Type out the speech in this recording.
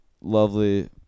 Lovely